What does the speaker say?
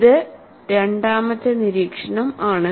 ഇത് രണ്ടാമത്തെ നീരീക്ഷണം ആണ്